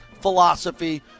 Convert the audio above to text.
philosophy